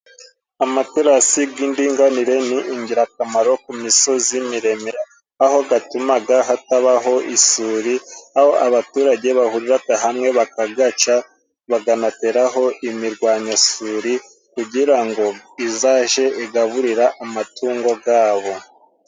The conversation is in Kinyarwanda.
Amaterasi g'indinganire ni ingirakamaro ku misozi miremire, aho gatumaga hatabaho isuri, aho abaturage bahuriraga hamwe bakagaca, baganateraho imirwanyasuri kugira ngo izaje igaburira amatungo gabo.